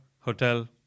Hotel